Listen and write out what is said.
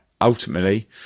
ultimately